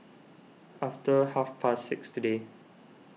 after half past six today